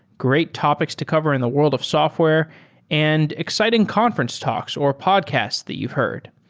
great topics to cover in the world of software and exciting conference talks or podcasts that you've heard.